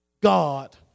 God